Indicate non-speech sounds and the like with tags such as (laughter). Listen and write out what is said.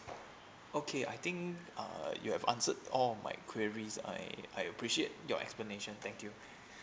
okay I think uh you have answered all my enquiries I I appreciate your explanation thank you (breath)